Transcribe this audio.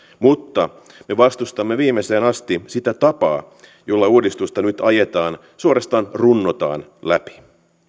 mutta me vastustamme viimeiseen asti sitä tapaa jolla uudistusta nyt ajetaan suorastaan runnotaan läpi